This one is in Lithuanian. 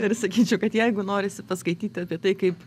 ir sakyčiau kad jeigu norisi paskaityti apie tai kaip